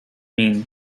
mean